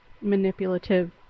manipulative